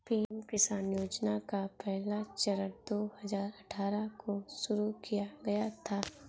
PM किसान योजना का पहला चरण दो हज़ार अठ्ठारह को शुरू किया गया था